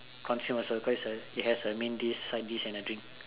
consume also cause it's a it has a main dish side dish and a drink